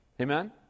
amen